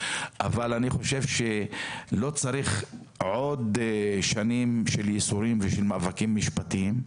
אבל אני חושב שלא צריך עוד שנים של ייסורים ושל מאבקים משפטיים.